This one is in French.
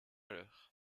l’heure